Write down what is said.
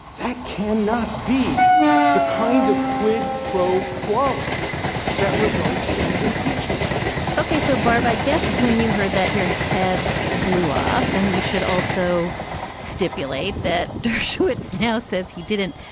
that can not be the kind of quid pro quo that results in impeachment okay. so, barb, i guess when you heard that your head blew off and we should also stipulate that dershowitz now says he didn't.